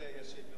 השוויון בנטל.